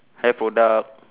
hair product